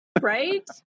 Right